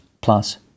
plus